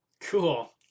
Cool